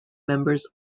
members